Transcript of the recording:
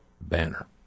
banner